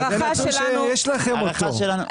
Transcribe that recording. זה נתון שיש לכם אותו.